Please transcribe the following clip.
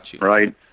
right